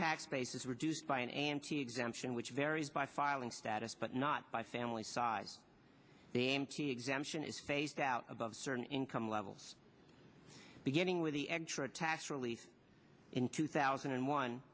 tax base is reduced by an anti exemption which varies by filing status but not by family size the m t a exemption is phased out above certain income levels beginning with the extra tax relief in two thousand and one